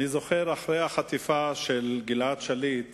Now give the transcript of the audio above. אני זוכר שאחרי החטיפה של גלעד שליט